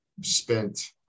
spent